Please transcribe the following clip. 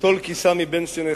טול קיסם מבין שיניך.